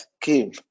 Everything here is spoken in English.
came